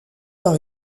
par